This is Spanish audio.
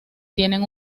tienen